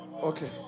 Okay